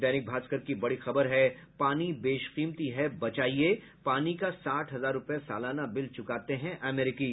दैनिक भास्कर की बड़ी खबर है पानी बेशकीमती है बचाइए पानी का साठ हजार रूपये सालाना बिल चुकाते हैं अमेरिकी